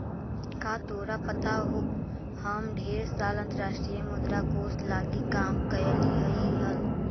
का तोरा पता हो हम ढेर साल अंतर्राष्ट्रीय मुद्रा कोश लागी काम कयलीअई हल